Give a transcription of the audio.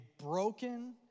broken